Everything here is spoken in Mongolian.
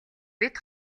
бид